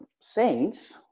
saints